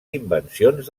invencions